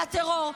על הטרור,